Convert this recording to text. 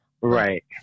Right